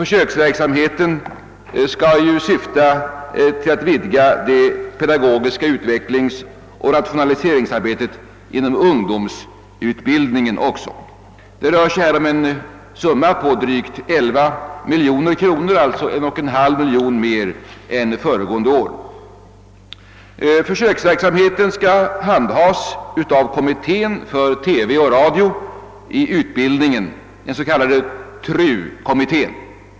Försöksverksamheten skall ju också syfta till att vidga det pedagogiska utvecklingsoch rationaliseringsarbetet inom ungdomsutbildningen. Det rör sig här om en summa på drygt 11 miljoner kronor, alltså 1,5 miljon mer än föregående år. Försöksverksamheten skall handhas av kommittén för TV och radio i utbildningen, den s.k. TRU-kommittén.